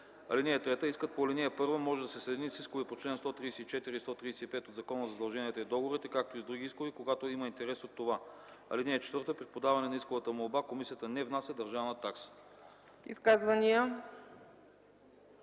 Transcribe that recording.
(3) Искът по ал. 1 може да се съедини с искове по чл. 134 и 135 от Закона за задълженията и договорите, както и с други искове, когато има интерес от това. (4) При подаването на исковата молба комисията не внася държавна такса.”